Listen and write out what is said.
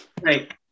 Right